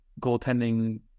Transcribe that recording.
goaltending